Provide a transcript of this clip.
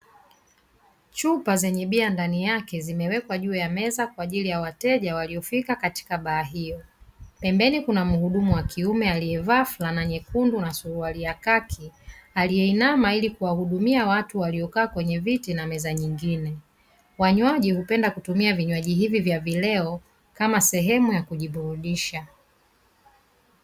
Chupa zenye bia ndani yake zimewekwa juu ya meza kwa ajili ya wateja waliofika katika baa hiyo. Pembeni kuna mhudumu wa kiume aliye vaa fulana nyekundu na suruali ya kaki, aliye inama ili kuwahudumia watu walio kaa kwenye viti pamoja na meza nyingine. Wanywaji hupenda kutumia vinywaji hivi nya vileo kama sehemu ya kujiburudisha.